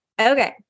Okay